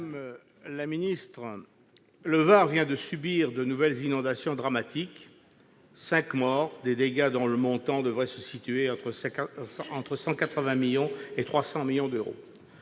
et solidaire, le Var vient de subir de nouvelles inondations dramatiques : nous déplorons cinq morts et des dégâts dont le montant devrait se situer entre 180 millions et 300 millions d'euros.